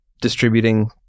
distributing